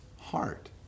heart